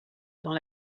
dans